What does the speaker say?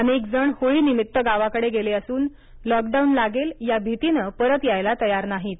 अनेक जण होळीनिमित्त गावाकडे गेले असून लॉकडाऊन लागेल या भीतीने परत यायला तयार नाहीत